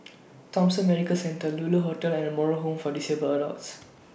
Thomson Medical Centre Lulu Hotel and Moral Home For Disabled Adults